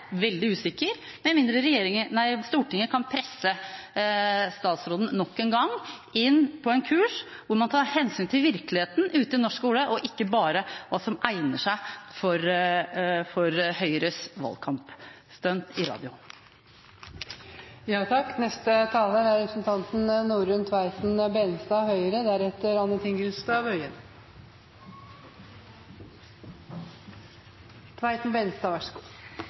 veldig usikker, med mindre Stortinget kan presse statsråden nok en gang inn på en kurs hvor man tar hensyn til virkeligheten ute i norsk skole, ikke bare hva som egner seg for Høyres valgkampstunt i radioen. Jeg er glad for at kompetansekravene ser ut til å bli stående, sånn som de nå er lagt fram fra Høyre,